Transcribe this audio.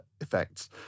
effects